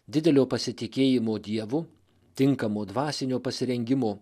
didelio pasitikėjimo dievu tinkamo dvasinio pasirengimo